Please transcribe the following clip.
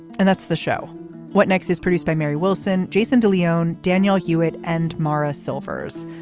and that's the show what next is produced by mary wilson. jason de leon, daniel hewitt and mara silvers.